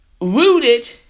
rooted